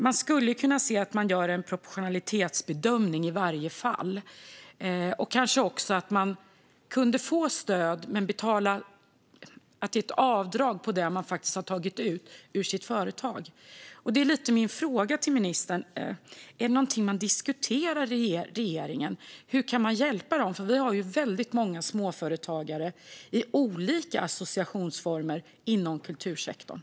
Man skulle kunna göra en proportionalitetsbedömning i varje enskilt fall så att de kanske kunde få stöd men med avdrag för det som de faktiskt har tagit ut ur sitt företag. Min fråga till ministern är om regeringen diskuterar hur man kan hjälpa dem, för vi har ju väldigt många småföretagare i olika associationsformer inom kultursektorn.